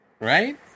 Right